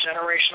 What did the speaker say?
generational